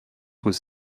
was